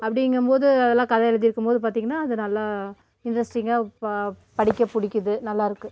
அப்படிங்கும் போது அதெல்லாம் கதை எழுதிருக்கும்போது பார்த்தீங்கன்னா அது நல்லா இன்ட்ரெஸ்டிங்காக பா படிக்க பிடிக்கிது நல்லா இருக்குது